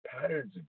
patterns